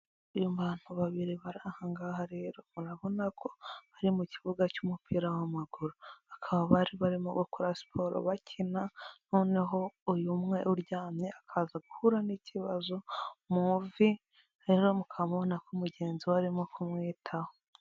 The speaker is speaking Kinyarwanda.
Abantu babiri baraha, rero urabona ko ari mu kibuga cy'umupira w'amaguru, bakaba bari barimo bakora siporo bakina, noneho uyu umwe uryamye akaza guhura n'ikibazo mu ivi hanyuma ukabona ko mugenzi we barimo kumwitaho.